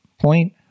point